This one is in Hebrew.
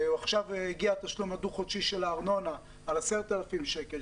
עכשיו הגיע התשלום הדו-חודשי של הארנונה על סך 10,000 שקלים,